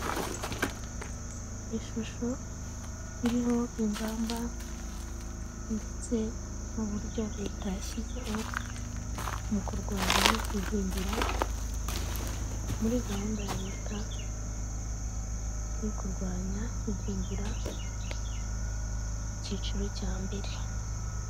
Ishusho iriho ingamba ndetse n'uburyo leta yashyizeho mu kurwanya igwingira muri gahunda ya leta yo kurwanya igwingira icyiciro cya mbere.